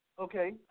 Okay